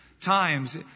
times